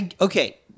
Okay